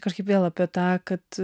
kažkaip vėl apie tą kad